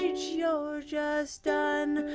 you're just done,